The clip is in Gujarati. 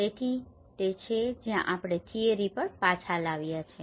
તેથી તે છે જ્યાં આપણે થિયરી પણ પાછા લાવીએ